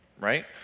right